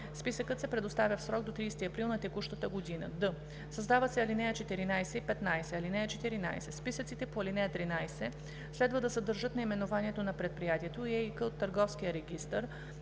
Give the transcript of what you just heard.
списъкът се предоставя в срок до 30 април на текущата година.“; д) създават се ал. 14 и 15: „(14) Списъците по ал. 13 следва да съдържат наименованието на предприятието и ЕИК от търговския регистър